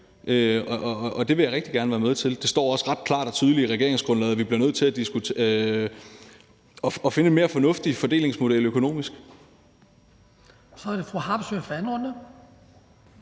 og det vil jeg rigtig gerne være med til. Det står også ret klart og tydeligt i regeringsgrundlaget, at vi bliver nødt til at finde en mere fornuftig økonomisk fordelingsmodel. Kl. 18:03 Den fg. formand (Hans